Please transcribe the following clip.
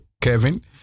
Kevin